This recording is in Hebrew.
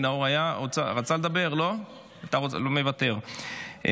היא לא שומרת סף,